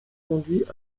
conduit